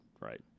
right